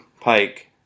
Pike